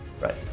right